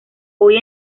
hoy